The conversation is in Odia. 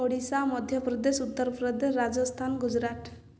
ଓଡ଼ିଶା ମଧ୍ୟପ୍ରଦେଶ ଉତ୍ତରପ୍ରଦେଶ ରାଜସ୍ଥାନ ଗୁଜୁରାଟ